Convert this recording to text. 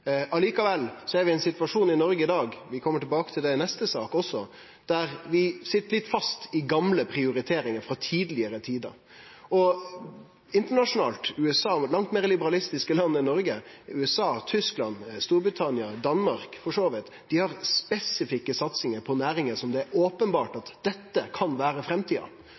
Likevel er vi i ein situasjon i Noreg i dag – vi kjem tilbake til det i neste sak også – der vi sit litt fast i gamle prioriteringar frå tidlegare tider. Internasjonalt, i langt meir liberalistiske land enn Noreg, som USA, Tyskland, Storbritannia og Danmark for så vidt, har dei spesifikke satsingar på næringar som openbert kan vere framtida.